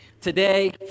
Today